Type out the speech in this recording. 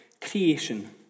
creation